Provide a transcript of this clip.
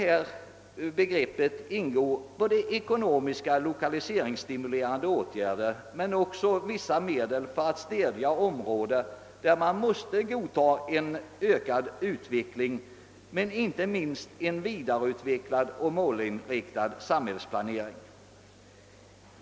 I det begreppet ingår ekonomiska och lokaliseringsstimulerande åtgärder liksom även åtgärder för att stödja områden där man måste acceptera inte minst en vidareutvecklad och målinriktad samhällsplanering.